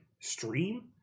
stream